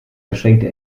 verschränkte